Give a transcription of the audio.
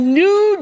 new